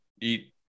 eat